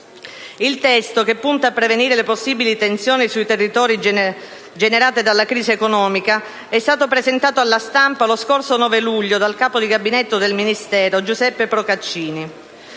Il testo, che punta a prevenire le possibili tensioni sui territori generate dalla crisi economica, è stato presentato alla stampa lo scorso 9 luglio dal capo di gabinetto del Ministero, Giuseppe Procaccini.